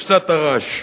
כבשת הרש,